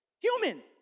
human